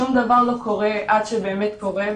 שום דבר לא קורה עד שבאמת קורה,